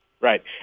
Right